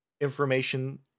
information